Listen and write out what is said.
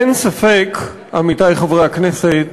אין ספק, עמיתי חברי הכנסת,